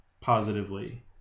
positively